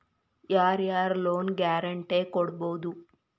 ಯಾರ್ ಯಾರ್ loan guarantee ಕೊಡ್ಬೊದು?